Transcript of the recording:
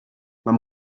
man